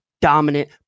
dominant